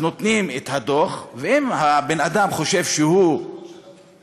נותנים את הדוח, ואם בן-אדם חושב שהוא זכאי,